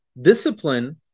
Discipline